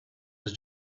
his